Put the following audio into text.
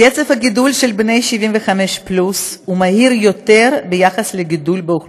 קצב הגידול של מספר בני ה-75 פלוס הוא מהיר מהגידול באוכלוסייה,